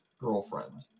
girlfriend